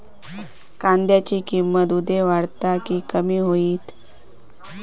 कांद्याची किंमत उद्या वाढात की कमी होईत?